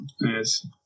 yes